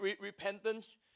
repentance